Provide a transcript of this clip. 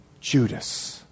Judas